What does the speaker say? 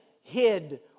hid